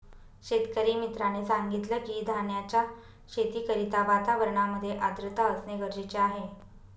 शेतकरी मित्राने सांगितलं की, धान्याच्या शेती करिता वातावरणामध्ये आर्द्रता असणे गरजेचे आहे